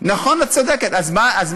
אז מה ההבדל?